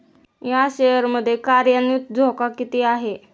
या शेअर मध्ये कार्यान्वित धोका किती आहे?